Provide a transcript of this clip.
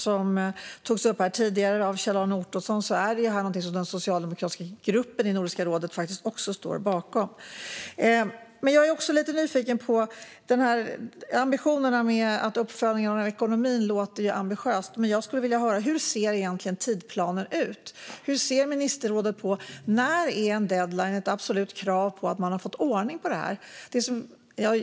Som Kjell-Arne Ottosson tog upp tidigare står även den socialdemokratiska gruppen i Nordiska rådet bakom detta. Uppföljningen av ekonomin låter ambitiös. Men jag skulle vilja höra hur tidsplanen ser ut. Hur ser ministerrådet på en deadline? Vad har man för absolut krav för när det ska bli ordning på det här?